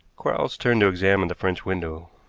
quarles turned to examine the french window.